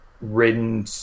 ridden